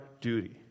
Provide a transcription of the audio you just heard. duty